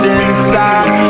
inside